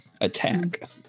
attack